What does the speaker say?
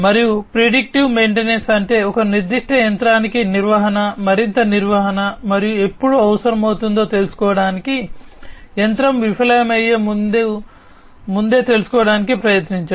మరియు predictive maintenance అంటే ఒక నిర్దిష్ట యంత్రానికి నిర్వహణ మరింత నిర్వహణ మరియు ఎప్పుడు అవసరమవుతుందో తెలుసుకోవడానికి యంత్రం విఫలమయ్యే ముందు ముందే తెలుసుకోవడానికి ప్రయత్నించడం